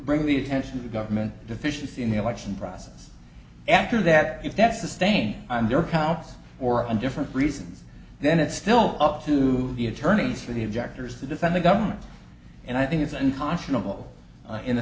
bring the attention to government deficiency in the election process after that if that's the stain on their counts or of different reasons then it's still up to the attorneys for the objectors to defend the government and i think it's unconscionable in the